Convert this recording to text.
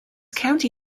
county